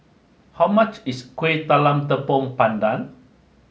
how much is Kuih Talam Tepong Pandan